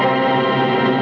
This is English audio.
and